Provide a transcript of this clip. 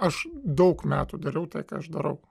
aš daug metų dariau tai ką aš darau